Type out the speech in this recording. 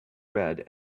red